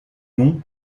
nom